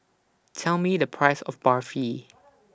Tell Me The Price of Barfi